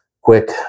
quick